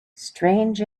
strange